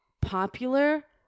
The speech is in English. popular